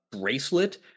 bracelet